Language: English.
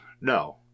No